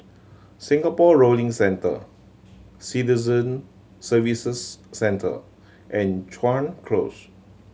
Singapore Rowing Centre Citizen Services Centre and Chuan Close